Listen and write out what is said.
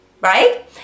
right